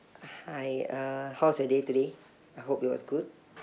hi uh how's your day today I hope it was good